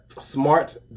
Smart